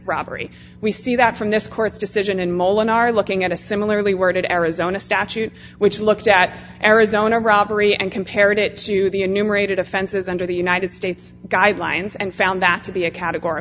robbery we see that from this court's decision and mullen are looking at a similarly worded arizona statute which looked at arizona robbery and compared it to the enumerated offenses under the united states guidelines and found that to be a categor